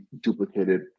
duplicated